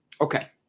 Okay